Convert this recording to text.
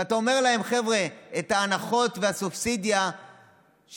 ואתה אומר להם: חבר'ה, את ההנחות והסובסידיה שאתם